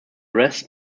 rest